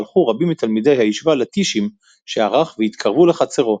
הלכו רבים מתלמידי הישיבה ל"טישים" שערך והתקרבו לחצרו,